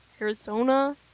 Arizona